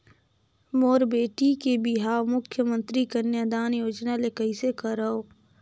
मोर बेटी के बिहाव मुख्यमंतरी कन्यादान योजना ले कइसे करव?